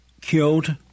killed